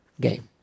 game